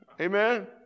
Amen